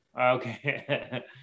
Okay